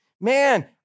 Man